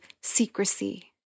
secrecy